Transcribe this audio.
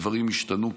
הדברים ישתנו,